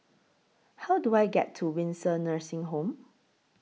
How Do I get to Windsor Nursing Home